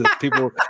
People